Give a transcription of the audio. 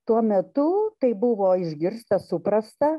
tuo metu tai buvo išgirsta suprasta